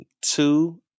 Two